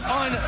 on